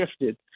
shifted